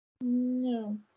No